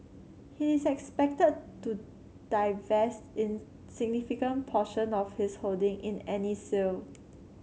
he is expected to divest in significant portion of his holding in any sale